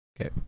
Okay